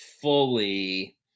fully